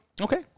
Okay